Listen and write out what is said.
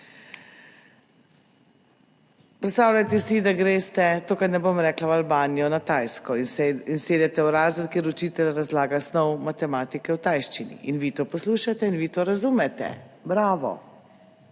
Predstavljajte si, da greste, tukaj ne bom rekla v Albanijo, na Tajsko in sedete v razred, kjer učitelj razlaga snov matematike v tajščini, in vi to poslušate in vi to razumete. Bravo,